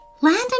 Landon